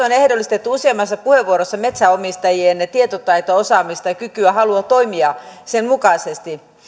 on ehdollistettu useammassa puheenvuorossa metsänomistajien tietotaitoa osaamista kykyä ja halua toimia sen mukaisesti